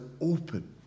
open